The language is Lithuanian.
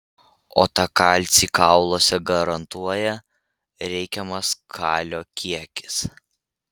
o tą kalcį kauluose garantuoja reikiamas kalio kiekis